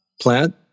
plant